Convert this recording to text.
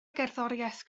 gerddoriaeth